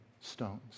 stones